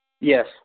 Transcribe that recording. Yes